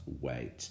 wait